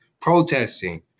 protesting